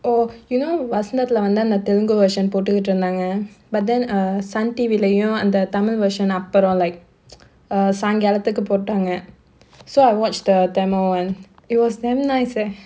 oh you know வஷ்னதுல வந்து அந்த:vashnathula vandhu andha telugu version போட்டுகுட்டு இருந்தாங்க:pottukuttu irunthaanga but then err sun T_V லயும் அந்த:layum andha tamil version அப்பறம்:apparam like err சாய்ங்காலத்துக்கு போட்டாங்க:saaingaalathukku pottaanga so I watched the tamil one it was damn nice eh